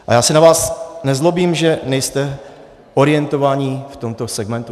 A já se na vás nezlobím, že nejste orientovaní v tomto segmentu.